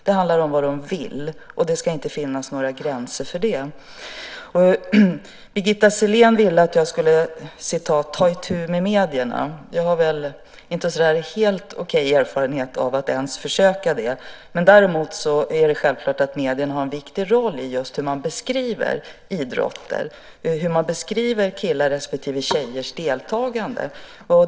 Det handlar om vad de vill, och det ska inte finnas några gränser för det. Birgitta Sellén ville att jag skulle "ta itu med medierna". Jag har nog inte helt okej erfarenheter av att ens försöka det, men däremot är det självklart att medierna har en viktig roll när det gäller hur man beskriver idrotter och hur man beskriver killars respektive tjejers deltagande.